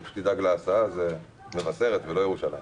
שתדאג להסעה היא מבשרת ציון ולא ירושלים.